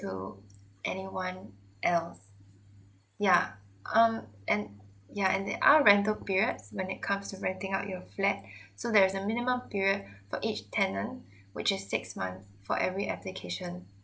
to anyone else yeah um and yeah and there are rental periods when it comes renting out your flat so there is a minimum period for each tenant which is six month for every application